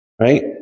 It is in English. Right